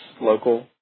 Local